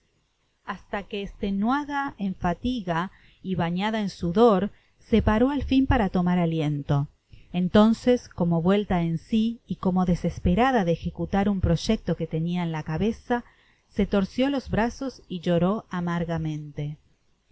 hasta que estelada de fatiga y bañada en sudor se paró al fin para tomar alien to euloncescomo vuelta en si y como desesperada de ejecutar un proyecto que tenia á la cabera se torció los brazos y lloró amargamente